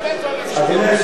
אדוני היושב-ראש,